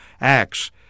Acts